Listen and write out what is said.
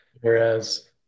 whereas